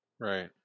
Right